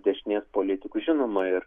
dešinės politikų žinoma ir